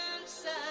inside